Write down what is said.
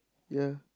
ya